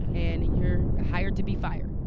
and you're hired to be fired.